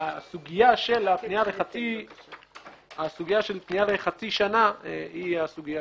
הסוגיה של פנייה לחצי שנה היא הסוגיה